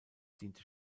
diente